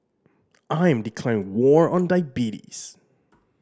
I am declaring war on diabetes